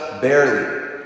barely